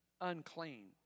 unclean